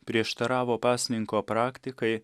prieštaravo pasninko praktikai